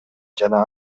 жана